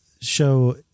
show